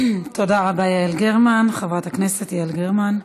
תודה רבה, חברת הכנסת יעל גרמן.